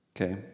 Okay